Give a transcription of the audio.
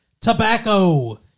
Tobacco